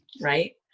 Right